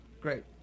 Great